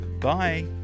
Bye